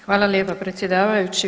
Hvala lijepa predsjedavajući.